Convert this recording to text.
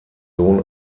sohn